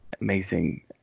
amazing